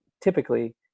typically